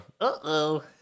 Uh-oh